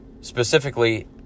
specifically